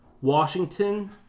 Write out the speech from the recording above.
Washington